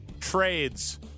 trades